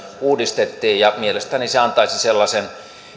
uudistettiin antaisi sellaisen